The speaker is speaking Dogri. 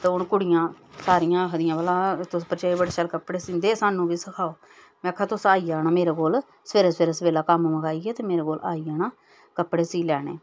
ते हून कुड़ियां सारियां आखदियां भला तुस भरजाई कपड़े बड़े शैल सींदे साह्नू बी सखाओ में आखनी तुस आई जाना मेरे कोल सवेरे सवेला कम्म मकाइयै ते मेरे कोल आई जाना कपड़े सी लैने